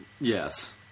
Yes